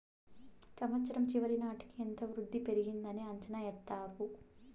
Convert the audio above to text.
సంవచ్చరం చివరి నాటికి ఎంత వృద్ధి పెరిగింది అని అంచనా ఎత్తారు